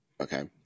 okay